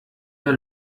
der